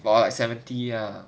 for like seventy ah